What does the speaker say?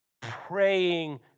praying